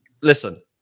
listen